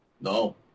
No